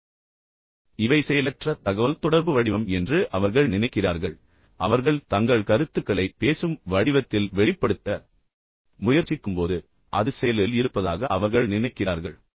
எனவே இவை செயலற்ற தகவல்தொடர்பு வடிவம் என்று அவர்கள் நினைக்கிறார்கள் பின்னர் மிக முக்கியமாக அவர்கள் நினைப்பது என்னவென்றால் அவர்கள் தங்கள் கருத்துக்களை பேசும் வடிவத்தில் வெளிப்படுத்த முயற்சிக்கும்போது அது செயலில் இருப்பதாக அவர்கள் நினைக்கிறார்கள்